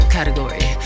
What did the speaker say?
Category